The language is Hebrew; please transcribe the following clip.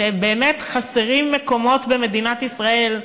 כי באמת חסרים מקומות במדינת ישראל,